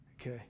Okay